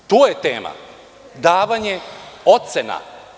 To je tema – davanje ocena.